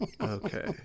Okay